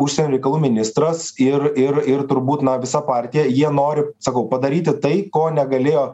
užsienio reikalų ministras ir ir ir turbūt na visa partija jie noriu sakau padaryti tai ko negalėjo